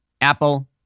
Apple